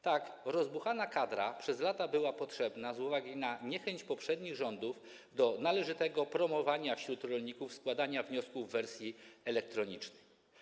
Tak rozbuchana kadra przez lata była potrzebna z uwagi na niechęć poprzednich rządów do należytego promowania wśród rolników składania wniosków w wersji elektronicznej.